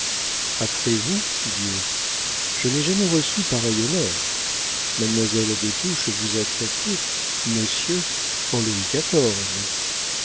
après vous dieu je n'ai jamais reçu pareil honneur mademoiselle des touches vous a traité monsieur en louis